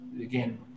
again